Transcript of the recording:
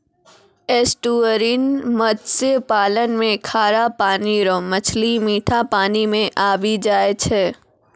estuarine मत्स्य पालन मे खारा पानी रो मछली मीठा पानी मे आबी जाय छै